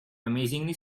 amazingly